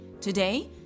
Today